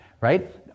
right